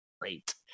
great